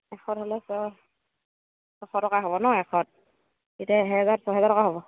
এশত হ'লে ছয় ছশ টকা হ'ব ন এশত এতিয়া এহেজাৰত ছহেজাৰ টকা হ'ব